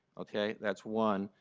okay, that's one.